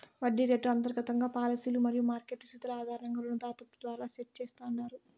వడ్డీ రేటు అంతర్గత పాలసీలు మరియు మార్కెట్ స్థితుల ఆధారంగా రుణదాత ద్వారా సెట్ చేస్తాండారు